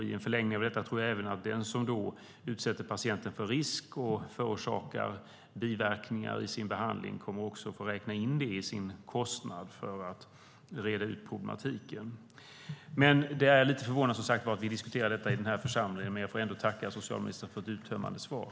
I en förlängning av detta tror jag även att den som utsätter patienten för risk och förorsakar biverkningar i sin behandling kommer att få räkna in det i sin kostnad för att reda ut problematiken. Det är lite förvånande, som sagt, att vi diskuterar detta i den här församlingen. Men jag får tacka socialministern för ett uttömmande svar.